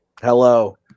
hello